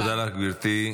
תודה לך, גברתי.